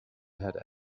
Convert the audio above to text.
had